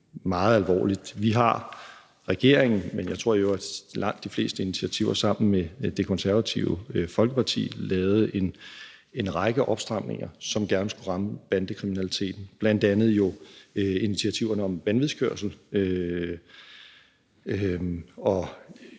Vi har i regeringen, men jeg tror i øvrigt, at langt de fleste initiativer er taget sammen med Det Konservative Folkeparti, lavet en række opstramninger, som gerne skulle ramme bandekriminaliteten, bl.a. jo initiativerne i forhold til vanvidskørsel,